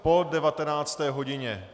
Po 19. hodině.